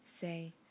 Say